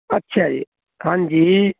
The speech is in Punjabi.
ਅੱਛਾ ਜੀ ਹਾਂਜੀ